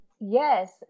Yes